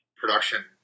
production